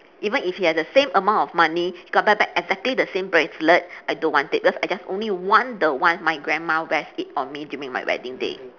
even if he has the same amount of money he got back back exactly the same bracelet I don't want it because I just only want the one my grandma wears it on me during my wedding day